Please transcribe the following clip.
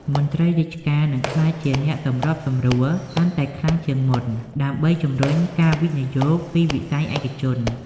មន្ត្រីរាជការនឹងក្លាយជាអ្នកសម្របសម្រួល កាន់តែខ្លាំងជាងមុន ដើម្បីជំរុញការវិនិយោគពីវិស័យឯកជន។